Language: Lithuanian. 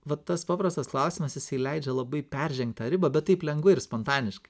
va tas paprastas klausimas jisai leidžia labai peržengt tą ribą bet taip lengvai ir spontaniškai